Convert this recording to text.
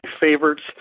favorites